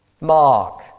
mark